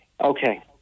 Okay